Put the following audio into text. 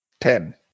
Ten